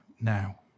now